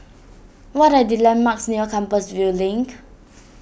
what are the landmarks near Compassvale Link